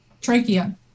trachea